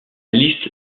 liste